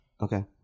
Okay